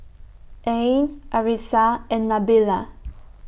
Ain Arissa and Nabila